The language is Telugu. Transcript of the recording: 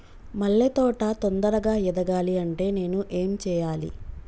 మల్లె తోట తొందరగా ఎదగాలి అంటే నేను ఏం చేయాలి?